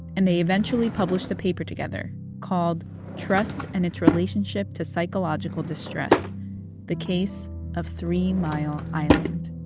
and they eventually published a paper together called trust and its relationship to psychological distress the case of three mile island.